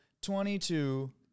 Twenty-two